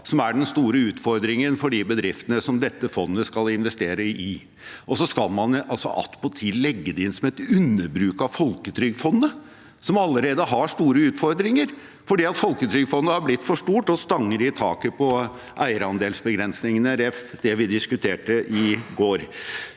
som er den store utfordringen for de bedriftene som dette fondet skal investere i. Man skal attpåtil legge det inn som et underbruk av Folketrygdfondet, som allerede har store utfordringer, fordi Folketrygdfondet har blitt for stort og stanger i taket på eierandelsbegrensningene, ref. det vi diskuterte i går.